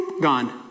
gone